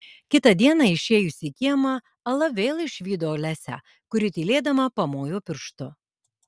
kitą dieną išėjusi į kiemą ala vėl išvydo olesią kuri tylėdama pamojo pirštu